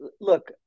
Look